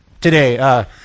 today